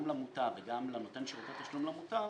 גם למוטב וגם לנותן שירותי תשלום למוטב